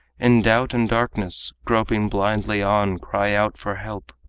in doubt and darkness groping blindly on, cry out for help.